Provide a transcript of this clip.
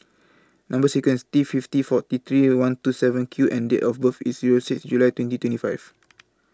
Number sequence T fifty forty three one two seven Q and Date of birth IS Zero six July twenty twenty five